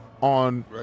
on